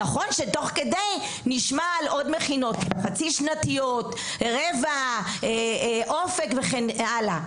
נכון שתוך כדי נשמע על עוד מכינות חצי שנתיות; רבע; אופק וכן הלאה.